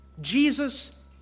Jesus